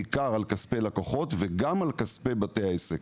בעיקר על כספי לקוחות, וגם על כספי בתי העסק.